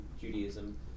Judaism